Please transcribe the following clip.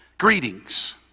Greetings